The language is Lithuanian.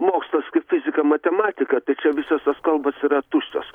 mokslas kaip fizika matematika tai čia visos tos kalbos yra tuščios